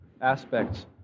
aspects